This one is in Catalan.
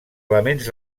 elements